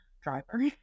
driver